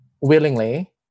willingly